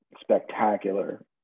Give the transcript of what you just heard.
spectacular